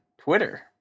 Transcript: Twitter